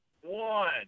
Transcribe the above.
one